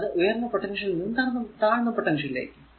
അതായതു ഉയർന്ന പൊട്ടൻഷ്യലിൽ നിന്നും താഴ്ന്ന പൊട്ടൻഷ്യലിലേക്ക്